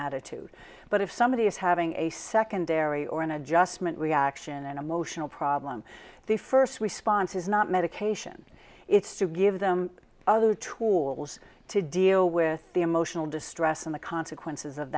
attitude but if somebody is having a secondary or an adjustment reaction and emotional problem the first response is not medication it's to give them other tools to deal with the emotional distress and the consequences of